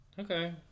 Okay